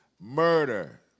Murder